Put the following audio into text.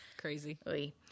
crazy